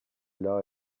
las